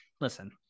listen –